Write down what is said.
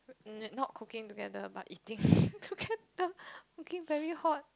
um not cooking together but eating together cooking very hot